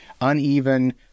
uneven